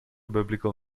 biblical